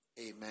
Amen